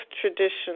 tradition